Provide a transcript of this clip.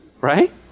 right